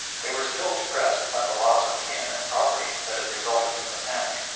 they were still depressed by the loss of kin and property that had resulted from the panic,